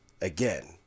again